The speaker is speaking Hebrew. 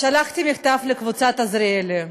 שלחתי מכתב לקבוצת עזריאלי,